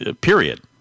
period